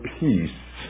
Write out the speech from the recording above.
peace